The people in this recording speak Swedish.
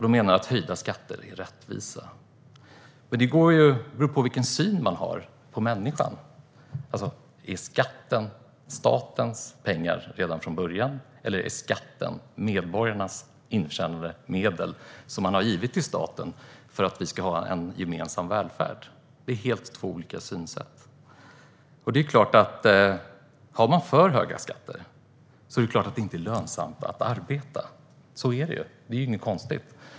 De menar att höjda skatter är rättvisa. Men det beror på vilken syn man har på människan. Är skatten statens pengar redan från början, eller är skatten medborgarnas intjänade medel som de har givit till staten för att vi ska ha en gemensam välfärd? Det är två helt olika synsätt. Har man för höga skatter är det klart att det inte är lönsamt att arbeta. Så är det. Det är inget konstigt.